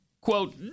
quote